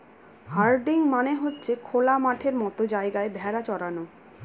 herding মানে হচ্ছে খোলা মাঠের মতো জায়গায় ভেড়া চরানো